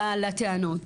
לטענות.